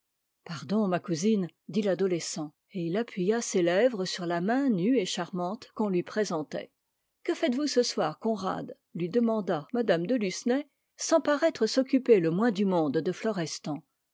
pardon ma cousine dit l'adolescent et il appuya ses lèvres sur la main nue et charmante qu'on lui présentait que faites-vous ce soir conrad lui demanda mme de lucenay sans paraître s'occuper le moins du monde de